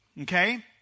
okay